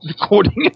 recording